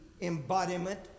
embodiment